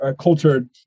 cultured